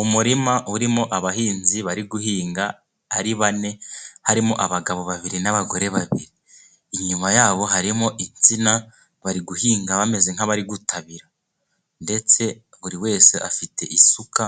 Umurima urimo abahinzi, bari guhinga ari bane harimo: abagabo babiri n'abagore babiri, inyuma yabo harimo isina bari guhinga, bameze nk'abari gutabira ndetse buri wese afite isuka,